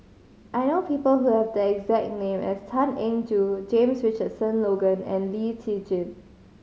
I know people who have the exact name as Tan Eng Joo James Richardson Logan and Lee Tjin